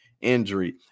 injury